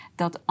dat